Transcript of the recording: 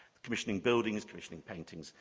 commissioning buildings, commissioning paintings,